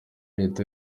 leta